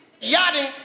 Yachting